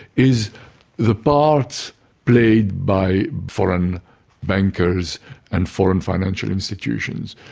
is the part played by foreign bankers and foreign financial institutions,